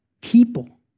people